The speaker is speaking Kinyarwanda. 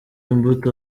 imbuto